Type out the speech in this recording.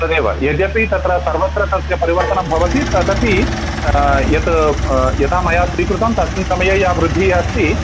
तदेव यद्यपि तत्र सर्वत्र तस्य परिवर्तनं भवति तदपि यत् यथा मया स्वीकृतं तस्मिन् समये या वृद्धिः अस्ति